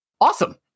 awesome